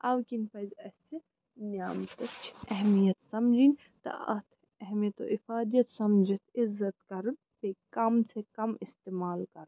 اَمہِ کِنۍ پَزِ اسہِ نعمتٕچۍ اہمیِت سَمجھِنۍ تہٕ اَتھ اہمیت و اِفادیت سَمجھِتھ عِزت کَرُن بیٚیہِ کَم سے کَم اِستعمال کَرُن